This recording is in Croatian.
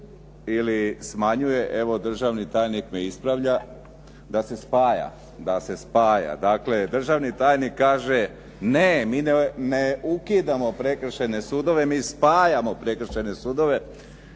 ili smanjuje evo državni tajnik me ispravlja, da se spaja. Dakle, državni tajnik kaže, ne mi ne ukidamo prekršajne, mi spajamo prekršajne sudove.